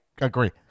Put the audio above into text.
agree